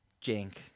Jink